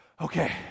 okay